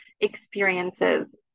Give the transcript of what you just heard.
experiences